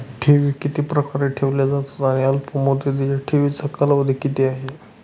ठेवी किती प्रकारे ठेवल्या जातात आणि अल्पमुदतीच्या ठेवीचा कालावधी किती आहे?